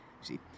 see